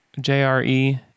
J-R-E